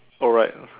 oh right